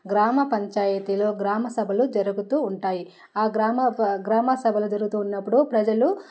గ్రామ పంచాయితీలో గ్రామ సభలు జరుగుతు ఉంటాయి ఆ గ్రామ గ్రామా సభలు జరుగుతున్నపుడు ప్రజలు